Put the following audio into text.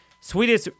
Swedish